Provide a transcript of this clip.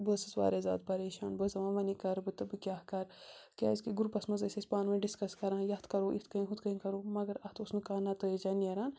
بہٕ ٲسٕس واریاہ زیادٕ پریشان بہٕ ٲس دَپان وَنے کَرٕ بہٕ تہٕ بہٕ کیٛاہ کَرٕ کیٛازِکہِ گرُپَس منٛز ٲسۍ أسۍ پانہٕ ؤنۍ ڈِسکَس کَران یَتھ کَرو یِتھ کَنۍ ہُتھ کَنۍ کَرو مگر اَتھ اوس نہٕ کانٛہہ نَتٲیجَہ نیران